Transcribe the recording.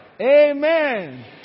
Amen